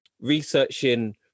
researching